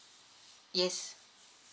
yes